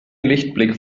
lichtblick